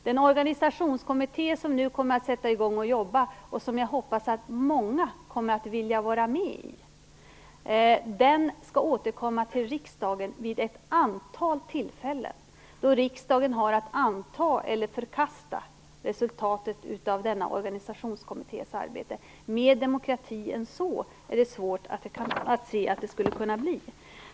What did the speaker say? Den organisationskommitté som nu kommer att sätta i gång sitt arbete, och som jag hoppas att många kommer att vilja vara med i, skall återkomma till riksdagen vid ett antal tillfällen då riksdagen har att anta eller förkasta resultatet av denna organisationskommittés arbete. Mer demokrati än så är det svårt att se att det skulle kunna bli.